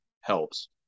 helps